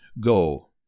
Go